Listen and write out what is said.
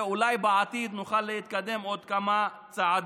ואולי בעתיד נוכל להתקדם עוד כמה צעדים.